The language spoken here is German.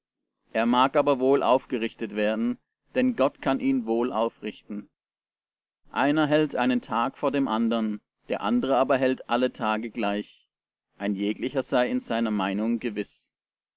er mag aber wohl aufgerichtet werden denn gott kann ihn wohl aufrichten einer hält einen tag vor dem andern der andere aber hält alle tage gleich ein jeglicher sei in seiner meinung gewiß